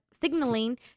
signaling